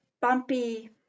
bumpy